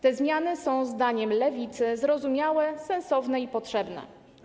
Te zmiany są zdaniem Lewicy zrozumiałe, sensowne i potrzebne.